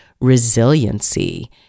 resiliency